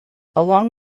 along